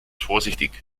vorsichtig